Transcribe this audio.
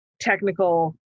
technical